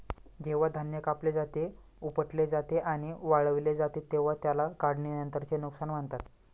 जेव्हा धान्य कापले जाते, उपटले जाते आणि वाळवले जाते तेव्हा त्याला काढणीनंतरचे नुकसान म्हणतात